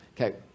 Okay